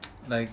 like